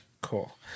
cool